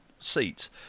seats